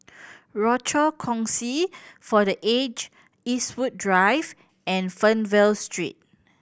Rochor Kongsi for The Aged Eastwood Drive and Fernvale Street